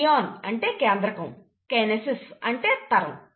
karyon అంటే కేంద్రకం kinesis అంటే తరం